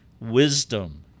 wisdom